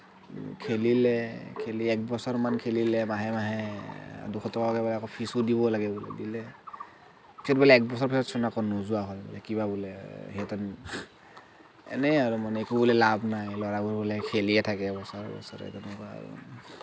খেলিলে খেলি এক বছৰ মান খেলিলে মাহে মাহে দুশ টকাকে ফিজো দিব লাগে দিলে খেলি পেলাই এক বছৰ পিছত সি আকৌ নোযোৱা হ'ল কিবা বোলে সিহঁতে এনে আৰু একো বোলে লাভ নাই ল'ৰাবোৰ বোলে খেলিয়েই থাকে